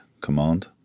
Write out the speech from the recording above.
Command